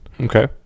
Okay